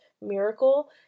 miracle